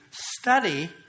study